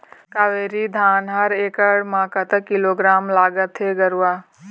कावेरी धान हर एकड़ म कतक किलोग्राम लगाथें गरवा?